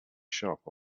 shop